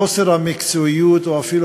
חוסר המקצועיות, או אפילו